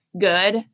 good